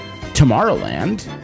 Tomorrowland